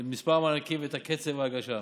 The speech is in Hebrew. את מספר המענקים ואת קצב ההגשה,